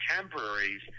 contemporaries